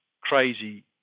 crazy